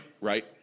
Right